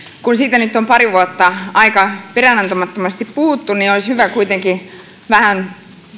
kun siitä nyt on pari vuotta aika peräänantamattomasti puhuttu olisi hyvä kuitenkin vähän